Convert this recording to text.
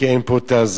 כי אין פה הזמן.